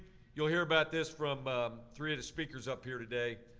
you'll hear about this from ah three of the speakers up here today.